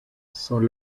son